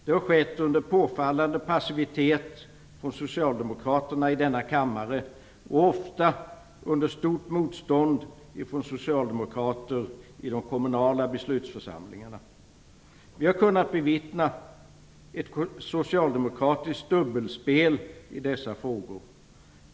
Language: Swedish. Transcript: Det har skett under en påfallande passivitet från socialdemokraterna i denna kammare och ofta under stort motstånd från socialdemokrater i de kommunala beslutsförsamlingarna. Vi har kunnat bevittna ett socialdemokratiskt dubbelspel i dessa frågor.